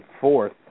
fourth